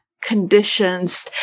conditions